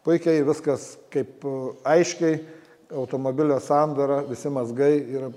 puikiai viskas kaip aiškiai automobilio sandara visi mazgai ir